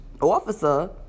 officer